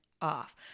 off